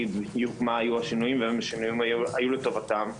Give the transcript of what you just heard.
מה בדיוק היו השינויים והאם השינויים היו לטובתם.